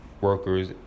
workers